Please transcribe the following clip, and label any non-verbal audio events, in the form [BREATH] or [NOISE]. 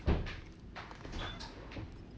[BREATH]